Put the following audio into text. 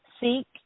Seek